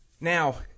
Now